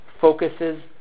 focuses